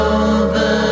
over